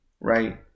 Right